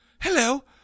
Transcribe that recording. Hello